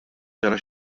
ġara